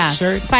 shirt